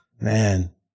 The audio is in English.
man